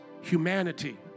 humanity